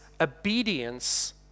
obedience